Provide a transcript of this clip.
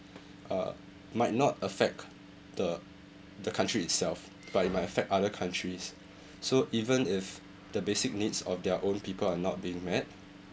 uh might not affect the the country itself but it might affect other countries so even if the basic needs of their own people are not being met